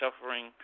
suffering